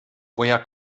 woher